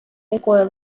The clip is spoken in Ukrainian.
якої